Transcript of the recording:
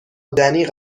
دنی